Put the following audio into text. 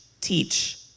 teach